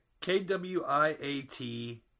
K-W-I-A-T